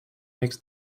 makes